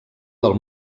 del